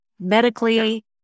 medically